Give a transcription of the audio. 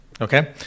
Okay